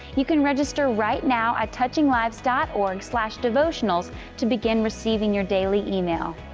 you can register right now at touching lives dot org slash devotionals to begin receiving your daily email.